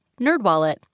NerdWallet